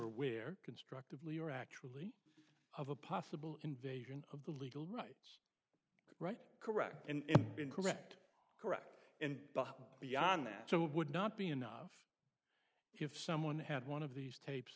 weird constructively or actually of a possible invasion of the legal rights right correct and incorrect correct and beyond that so it would not be enough if someone had one of these tapes